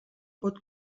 pot